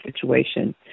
situation